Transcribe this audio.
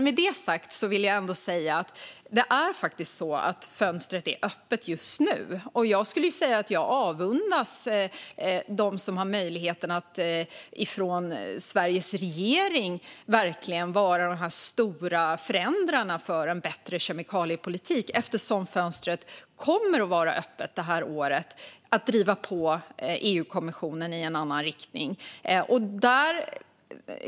Med det sagt vill jag ändå säga att fönstret är öppet just nu, och jag avundas dem som nu har möjligheten att från Sveriges regering verkligen vara de stora förändrarna för en bättre kemikaliepolitik. Fönstret kommer ju att vara öppet det här året för att driva på EU-kommissionen i en annan riktning.